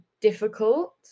difficult